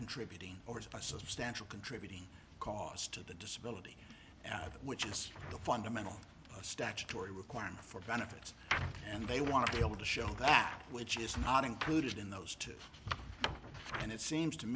contributing or is by substantial contributing cause to the disability which is the fundamental statutory requirement for benefits and they want to be able to show that which is not included in those two and it seems to